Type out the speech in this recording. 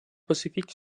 pacífic